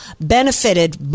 benefited